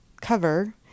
cover